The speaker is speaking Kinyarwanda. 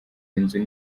inzu